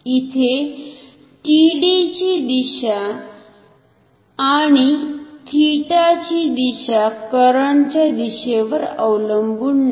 इथे TD ची दिशा आणि थीटा ची दिशा करंट च्या दिशेवर अवलंबुन नाही